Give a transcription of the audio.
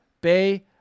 Bay